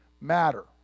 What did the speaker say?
matter